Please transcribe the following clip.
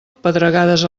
pedregades